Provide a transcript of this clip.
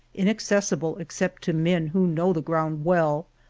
inaccessible except to men who know the ground well,